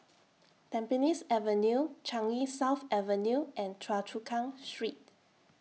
Tampines Avenue Changi South Avenue and Choa Chu Kang Street